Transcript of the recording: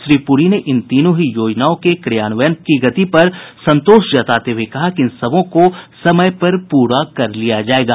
श्री पुरी ने इन तीनों ही योजनाओं के क्रियान्वयन गति पर संतोष जताते हुये कहा कि इन सबों को समय पर पूरा कर लिया जायेगा